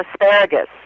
asparagus